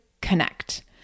connect